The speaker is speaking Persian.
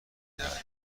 دهد